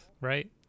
right